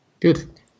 Good